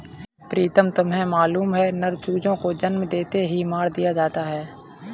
प्रीतम तुम्हें मालूम है नर चूजों को जन्म लेते ही मार दिया जाता है